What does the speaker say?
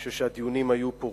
אני חושב שהדיונים היו פוריים,